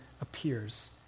appears